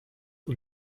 und